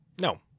No